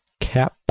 cap